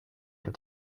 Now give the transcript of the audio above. and